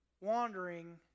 wandering